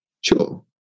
Sure